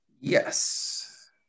Yes